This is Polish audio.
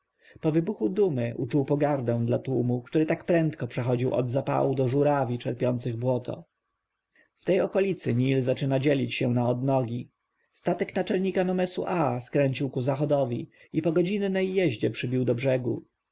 po wybuchu dumy uczuł pogardę dla tłumu który tak prędko przechodzi od zapału do żórawi czerpiących błoto w tej okolicy nil zaczyna dzielić się na odnogi statek naczelnika nomesu aa skręcił ku zachodowi i po godzinnej jeździe przybił do brzegu